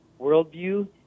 worldview